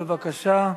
בבקשה.